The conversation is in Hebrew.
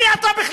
מי אתה בכלל?